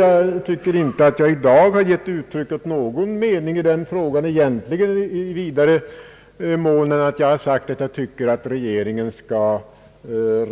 Jag tycker inte att jag i dag har gett uttryck åt någon mening i den frågan i vidare mån än att jag ansett att regeringen bör